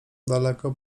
daleko